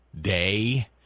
day